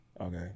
Okay